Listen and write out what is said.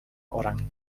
orang